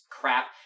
crap